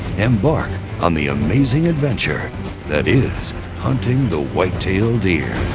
embark on the amazing adventure that is hunting the whitetail deer.